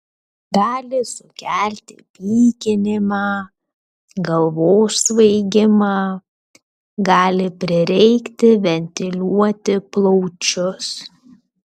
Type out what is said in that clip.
gali sukelti pykinimą galvos svaigimą gali prireikti ventiliuoti plaučius